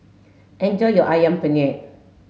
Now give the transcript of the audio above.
enjoy your ayam penyet